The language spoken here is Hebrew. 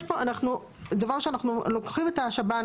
דבר ראשון אנחנו לוקחים את השב"ן,